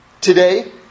today